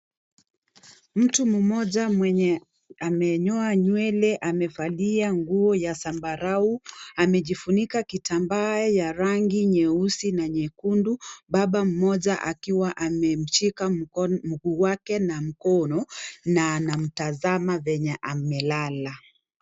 Mtu mmoja mwenye amenyoa nywele amevalia nguo ya sambarau amejifunika kitambaa ya rangi nyeusi na nyekundu baba mmoja akiwa amemshika mguu wake na mkono na anamtazama venye amelala .